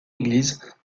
église